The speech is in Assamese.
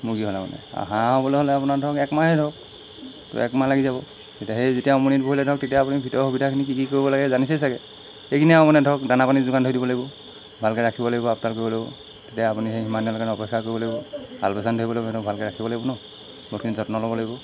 মুৰ্গী হ'লে মানে আৰু হাঁহ হ'বলৈ হ'লে আপোনাৰ ধৰক একমাহে ধৰক তো একমাহ লাগি যাব তেতিয়া সেই যেতিয়া উমনিত বহিলে ধৰক তেতিয়াই আপুনি ভিতৰৰ সুবিধাখিনি কি কি কৰিব লাগে জানিছেই চাগৈ এইখিনিয়ে আৰু মানে ধৰক দানা পানী দোকান ধৰি দিব লাগিব ভালকৈ ৰাখিব লাগিব আপডাল কৰিব লাগিব তেতিয়া আপুনি সেই সিমান দিনলৈকে অপেক্ষা কৰিব লাগিব আলপৈচান ধৰিব লাগিব সিহঁতক ভালকৈ ৰাখিব লাগিব ন বহুতখিনি যত্ন ল'ব লাগিব